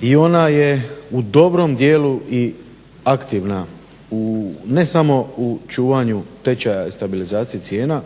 i ona je u dobrom dijelu i aktivna ne samo u čuvanju tečaja i stabilizacije cijena